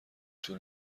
طول